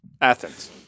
Athens